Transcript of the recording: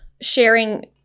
sharing